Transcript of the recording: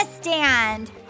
stand